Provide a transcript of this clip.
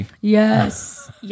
Yes